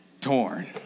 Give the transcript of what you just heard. torn